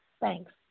Thanks